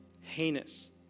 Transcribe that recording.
heinous